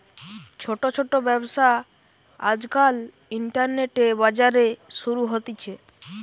ছোট ছোট ব্যবসা আজকাল ইন্টারনেটে, বাজারে শুরু হতিছে